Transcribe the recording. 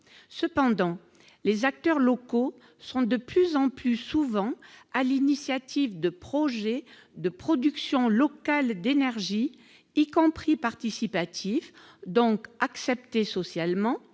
Cependant, les acteurs locaux sont de plus en plus souvent à l'initiative de projets de production locale d'énergie, y compris participatifs, donc acceptés socialement.